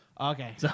Okay